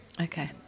okay